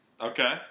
Okay